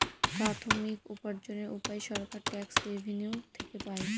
প্রাথমিক উপার্জনের উপায় সরকার ট্যাক্স রেভেনিউ থেকে পাই